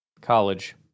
college